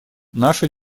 наша